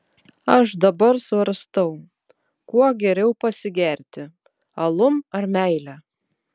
aš dabar svarstau kuo geriau pasigerti alum ar meile